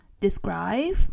describe